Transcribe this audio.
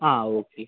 ആ ഓക്കെ